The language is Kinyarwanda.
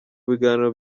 biganiro